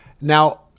Now